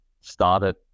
started